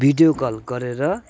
video call गरेर